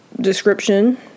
description